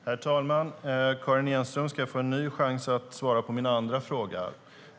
Herr talman! Karin Enström ska få en ny chans att svara på min andra fråga.